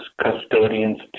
custodians